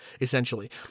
essentially